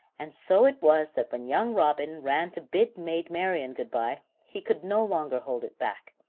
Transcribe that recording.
and so it was that when young robin ran to bid maid marian good-bye, he could no longer hold it back.